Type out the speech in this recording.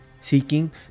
Seeking